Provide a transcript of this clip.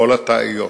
כל הטעויות,